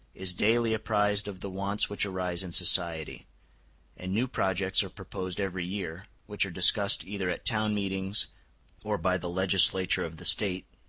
is daily apprised of the wants which arise in society and new projects are proposed every year, which are discussed either at town meetings or by the legislature of the state,